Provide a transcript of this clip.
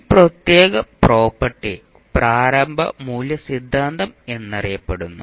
ഈ പ്രത്യേക പ്രോപ്പർട്ടി പ്രാരംഭ മൂല്യ സിദ്ധാന്തം എന്നറിയപ്പെടുന്നു